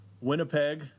Winnipeg